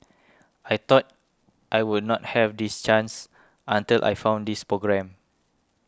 I thought I would not have this chance until I found this programme